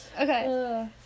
Okay